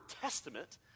testament